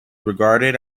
regarded